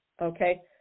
okay